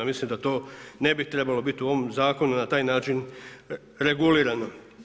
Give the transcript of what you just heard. Mislim da to ne bi trebalo biti u ovom zakonu na taj način regulirano.